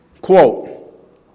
quote